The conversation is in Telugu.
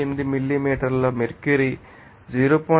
8 మిల్లీమీటర్ మెర్క్యూరీ 0